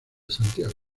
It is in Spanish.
santiago